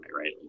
right